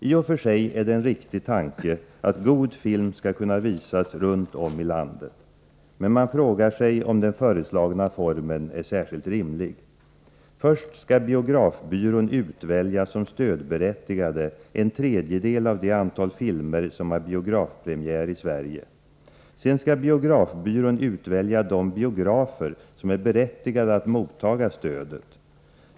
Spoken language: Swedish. I och för sig är det en riktig tanke att god film skall kunna visas runt om i landet. Men man frågar sig om den föreslagna formen är särskilt rimlig. Först skall biografbyrån utvälja som stödberättigade en tredjedel av det antal filmer som har biografpremiär i Sverige. Sedan skall biografbyrån utvälja de biografer som är berättigade att mottaga stödet.